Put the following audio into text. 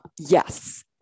yes